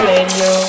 Radio